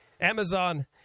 Amazon